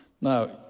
Now